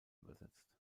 übersetzt